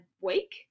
week